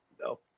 No